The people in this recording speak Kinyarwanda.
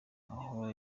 aho